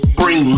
bring